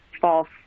false